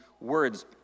words